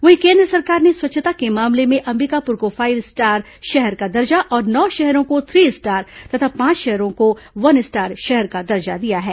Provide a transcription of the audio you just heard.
वहीं केन्द्र सरकार ने स्वच्छता के मामले में अंबिकापुर को फाईव स्टार शहर का दर्जा और नौ शहरों को थ्री स्टार तथा पांच शहरों को वन स्टार शहर का दर्जा दिया है